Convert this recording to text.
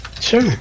Sure